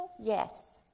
yes